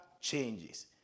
changes